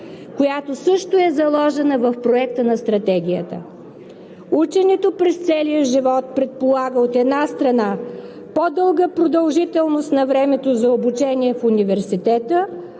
която също е заложена в проекта на Стратегията. Ученето през целия живот предполага, от една страна, по-дълга продължителност на времето за обучение в университета,